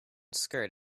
skirt